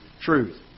Truth